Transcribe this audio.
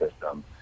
system